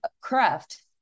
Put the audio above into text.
Craft